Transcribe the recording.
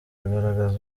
agaragaza